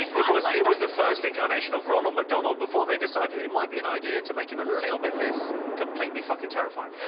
it was the first incarnation of ronald mcdonald, before the decided it might be an idea to make him a little bit less. completely fucking terrifying.